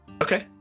Okay